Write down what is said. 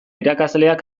irakasleak